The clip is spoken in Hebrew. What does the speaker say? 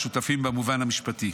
לשותפים במובן המשפטי.